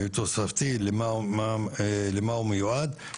ותוספתי למה הוא מיועד?